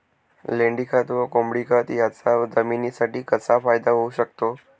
लेंडीखत व कोंबडीखत याचा जमिनीसाठी कसा फायदा होऊ शकतो?